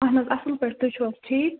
اَہَن حظ اَصٕل پٲٹھۍ تُہۍ چھو حظ ٹھیٖک